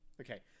okay